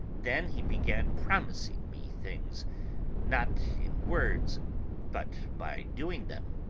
then he began promising me things not in words but by doing them.